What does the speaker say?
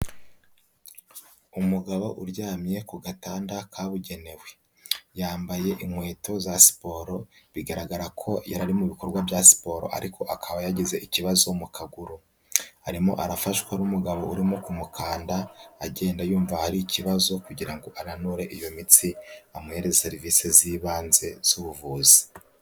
Umugabo uryamye ku gatanda kabugenewe. Yambaye inkweto za siporo, bigaragara ko yari ari mu bikorwa bya siporo ariko akaba yagize ikibazo mu kaguru. Arimo arafashwa n'umugabo urimo kumukanda, agenda yumva ahari ikibazo kugira ngo ananure iyo mitsi, amuhereze serivise z'ibanze z'ubuvuzi.